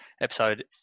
episode